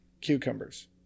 cucumbers